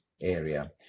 area